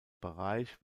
bereich